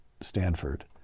Stanford